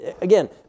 again